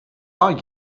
are